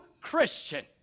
Christian